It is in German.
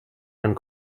einem